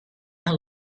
and